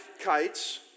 kites